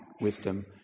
wisdom